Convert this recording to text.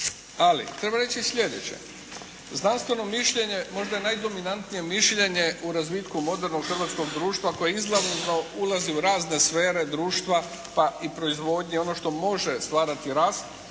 ali treba reći i sljedeće. Znanstveno mišljenje možda je najdominantnije mišljenje u razvitku modernog hrvatskog društva koje izravno ulazi u razne sfere društva pa i proizvodnje, ono što može stvarati rast,